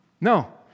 no